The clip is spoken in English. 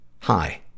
hi